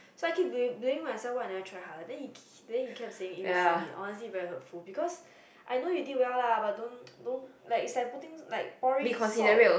so I keep blame blaming myself why I never tried harder then he then he kept saying honestly very hurtful because I know you did well lah but don't don't like it's putting like pouring salt